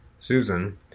Susan